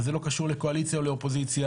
וזה לא קשור לקואליציה או לאופוזיציה,